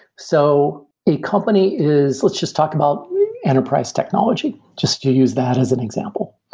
so a company is let's just talk about enterprise technology just to use that as an example,